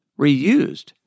reused